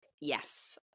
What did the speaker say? yes